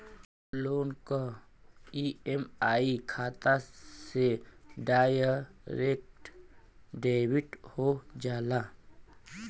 loan क EMI खाता से डायरेक्ट डेबिट हो जाला